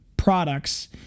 products